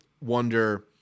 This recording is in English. Wonder